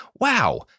Wow